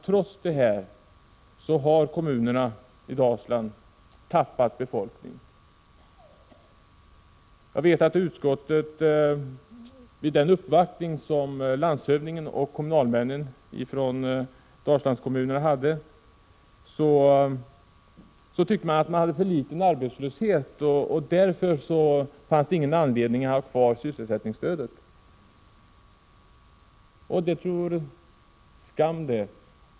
Trots det har kommunerna i Dalsland tappat befolkning. Vid den uppvaktning som landshövdingen och kommunalmännen ifrån Dalslandskommunerna gjorde sades från utskottets sida att man där hade för liten arbetslöshet och att det därför inte fanns någon anledning att ge sysselsättningsstöd. Det tror skam det.